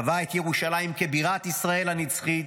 קבע את ירושלים כבירת ישראל הנצחית,